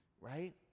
right